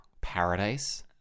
paradise